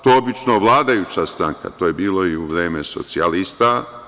To obično vladajuća stranka, to je bilo i u vreme socijalista.